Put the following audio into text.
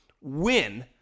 win